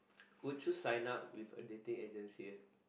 would you sign up with a dating agency ah